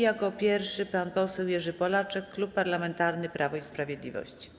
Jako pierwszy pan poseł Jerzy Polaczek, Klub Parlamentarny Prawo i Sprawiedliwość.